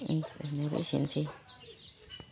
एसेनोसै